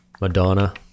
Madonna